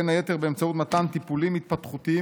בין היתר באמצעות מתן טיפולים התפתחותיים